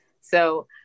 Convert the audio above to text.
So-